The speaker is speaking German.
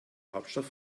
hauptstadt